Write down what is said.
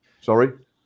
Sorry